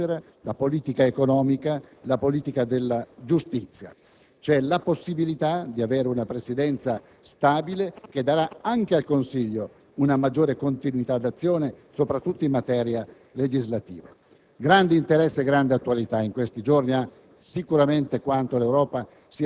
da quelle di azione politica, in particolare per quanto concerne la politica estera, la politica economica e la politica della giustizia, cioè la possibilità di avere una Presidenza stabile che darà anche al Consiglio una maggiore continuità d'azione, soprattutto in materia legislativa.